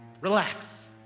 relax